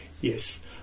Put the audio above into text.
yes